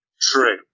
true